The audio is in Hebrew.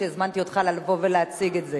זו הצעת חוק שלך ושל קבוצת חברי הכנסת,